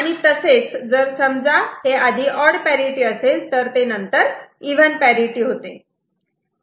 आणि तसेच जर समजा हे आधी ऑड पॅरिटि असेल तर ते नंतर इव्हन पॅरिटि होते